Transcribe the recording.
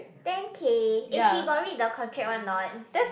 ten K eh she got read the contract one not